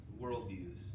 worldviews